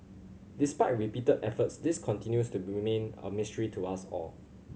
despite repeated efforts this continues to remain a mystery to us all